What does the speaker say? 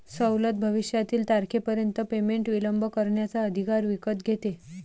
सवलत भविष्यातील तारखेपर्यंत पेमेंट विलंब करण्याचा अधिकार विकत घेते